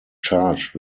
charged